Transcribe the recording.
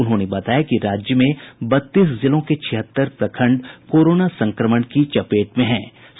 उन्होंने बताया कि राज्य में बत्तीस जिलों के छिहत्तर प्रखंड कोरोना संक्रमण की चपेट में आ चुके है